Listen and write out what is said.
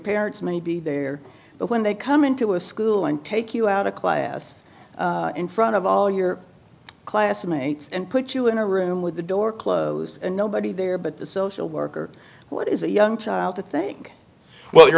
parents may be there but when they come into a school and take you out of class in front of all your classmates and put you in a room with the door closed and nobody there but the social worker what is a young child to think well